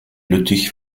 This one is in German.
lüttich